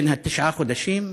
בן התשעה חודשים,